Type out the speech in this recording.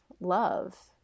love